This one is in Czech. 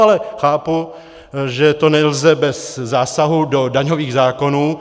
Ale chápu, že to nelze bez zásahu do daňových zákonů.